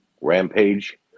Rampage